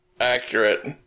accurate